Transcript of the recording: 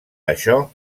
això